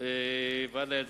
ועד לילד